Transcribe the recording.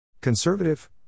Conservative